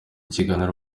kiganiro